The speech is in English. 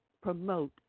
promote